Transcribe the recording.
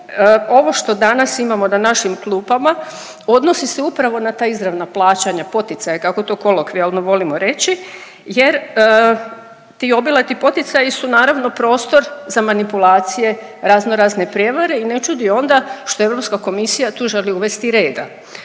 ovo što danas imamo na našim klupama odnosi se upravo na ta izravna plaćanja, poticaje kako to kolokvijalno volimo reći jer ti obilati poticaji su naravno prostor za manipulacije, raznorazne prijevare i ne čudi onda što Europska komisija tu želi uvesti reda.